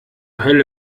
hölle